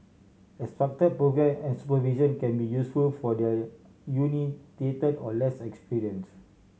a structured programme and supervision can be useful for their uninitiated or less experienced